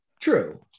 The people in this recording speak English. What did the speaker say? True